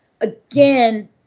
again